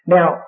Now